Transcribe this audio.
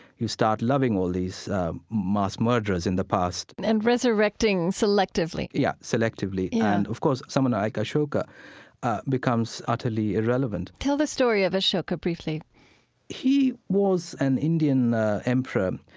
you start loving all these mass murderers in the past and and resurrecting selectively yeah, selectively yeah and of course, someone like ashoka becomes utterly irrelevant tell the story of ashoka briefly he was an indian emperor.